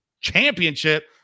championship